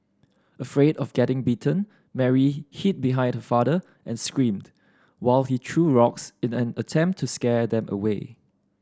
afraid of getting bitten Mary hid behind her father and screamed while he threw rocks in an attempt to scare them away